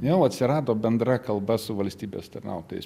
jau atsirado bendra kalba su valstybės tarnautojais